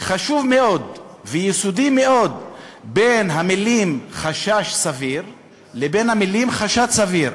חשוב מאוד ויסודי מאוד בין המילים חשש סביר לבין המילים חשד סביר.